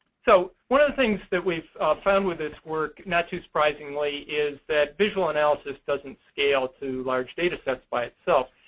so one of things that we've found with this work not too surprisingly is that visual analysis doesn't scale to large data sets by itself.